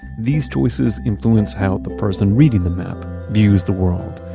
these choices influence how the person reading the map views the world.